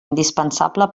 indispensable